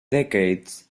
decades